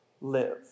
live